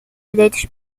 eleitos